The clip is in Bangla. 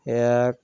এক